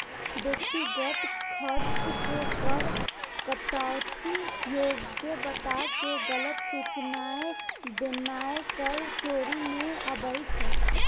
व्यक्तिगत खर्च के कर कटौती योग्य बताके गलत सूचनाय देनाय कर चोरी मे आबै छै